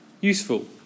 Useful